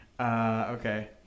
Okay